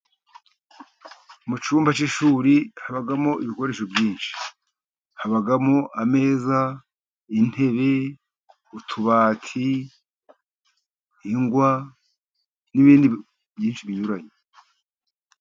Mu cyumba cy'ishuri habamo ibikoresho byinshi. Habamo ameza, intebe, utubati, ingwa n'ibindi byinshi binyuranye.